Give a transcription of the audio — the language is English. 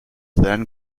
then